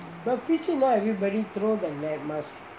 but fishing not everybody throw the net must